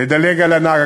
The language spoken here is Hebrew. לדלג על הנהג,